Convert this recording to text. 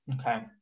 Okay